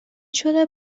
شده